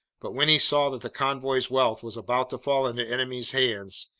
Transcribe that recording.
but when he saw that the convoy's wealth was about to fall into enemy hands,